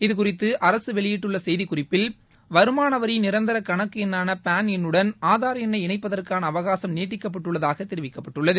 இதுகுறித்து அரசு வெளியிட்டுள்ள செய்திக்குறிப்பில் வருமான வரி நிரந்தர கணக்கு எண்ணான பான் எண்ணுடன் ஆதார் எண்ணை இணைப்பதற்கான அவகாசம் நீட்டிக்கப்பட்டுள்ளதாக தெரிவிக்கப்பட்டுள்ளது